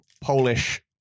Polish